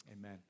amen